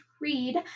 read